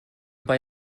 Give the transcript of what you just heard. bei